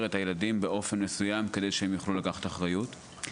את הילדים באופן מסוים כדי שהם יוכלו לקחת אחריות.